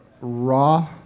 raw